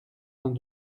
vingt